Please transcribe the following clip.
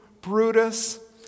Brutus